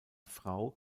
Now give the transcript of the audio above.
frau